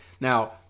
Now